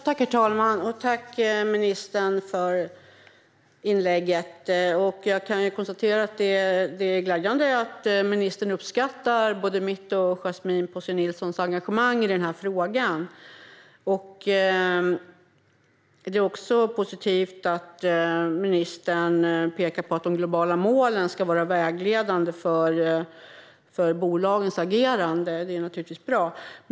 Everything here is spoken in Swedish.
Herr talman! Tack, ministern, för inlägget! Det är glädjande att ministern uppskattar mitt och Yasmine Posio Nilssons engagemang i denna fråga. Det är också positivt att ministern pekar på att de globala målen ska vara vägledande för bolagens agerande.